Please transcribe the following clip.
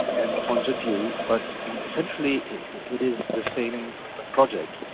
and points of view, but essentially it is the same project.